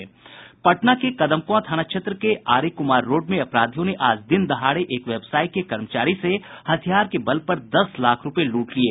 पटना के कदमकुआं थाना क्षेत्र के आर्यकुमार रोड में अपराधियों ने आज दिन दहाड़े एक व्यवसायी के कर्मचारी से हथियार के बल पर दस लाख रूपये लूट लिये